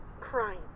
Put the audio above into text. crying